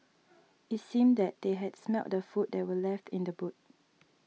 it seemed that they had smelt the food that were left in the boot